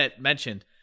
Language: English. mentioned